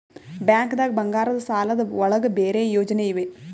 ಬ್ಯಾಂಕ್ದಾಗ ಬಂಗಾರದ್ ಸಾಲದ್ ಒಳಗ್ ಬೇರೆ ಯೋಜನೆ ಇವೆ?